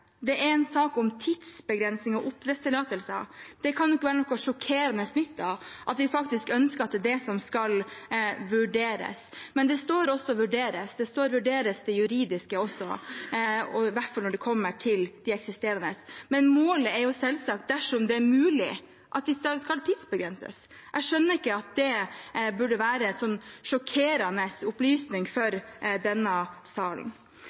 Dette er en sak om tidsbegrensning av oppdrettstillatelser, og da kan det jo ikke være noe sjokkerende nytt at vi faktisk ønsker at det er det som skal vurderes. Men det står også «vurdering», å vurdere det juridiske, og i hvert fall når det gjelder de eksisterende. Men målet er selvsagt, dersom det er mulig, at disse skal tidsbegrenses. Jeg skjønner ikke at det skulle være en så sjokkerende opplysning for denne salen.